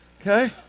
Okay